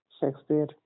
Shakespeare